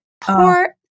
poor